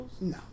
No